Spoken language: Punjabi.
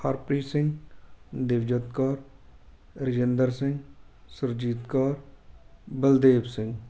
ਹਰਪ੍ਰੀਤ ਸਿੰਘ ਦਿਵਜੋਤ ਕੌਰ ਰਜਿੰਦਰ ਸਿੰਘ ਸੁਰਜੀਤ ਕੌਰ ਬਲਦੇਵ ਸਿੰਘ